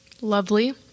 Lovely